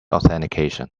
authentication